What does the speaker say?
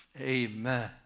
Amen